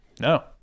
No